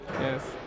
Yes